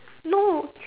no